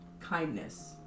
kindness